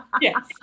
Yes